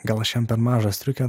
gal aš jam per mažą striukę